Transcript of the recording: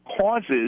causes